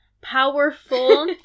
powerful